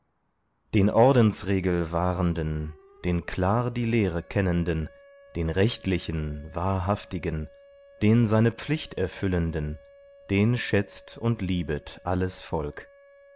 den ordensregel wahrenden den klar die lehre kennenden den rechtlichen wahrhaftigen den seine pflicht erfüllenden den schätzt und liebet alles volk